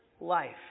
life